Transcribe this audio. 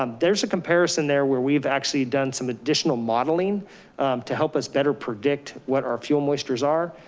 um there's a comparison there where we've actually done some additional modeling to help us better predict what our fuel moistures are.